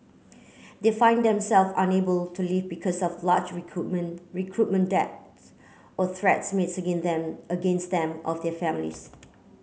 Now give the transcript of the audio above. they find themself unable to leave because of large recruitment recruitment debts or threats them against them of their families